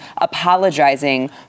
apologizing